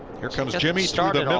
here comes jimmy starting